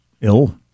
ill